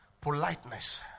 politeness